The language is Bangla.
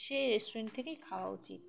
সেই রেস্টুরেন্ট থেকেই খাওয়া উচিৎ